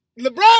LeBron